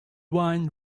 wine